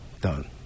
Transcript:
done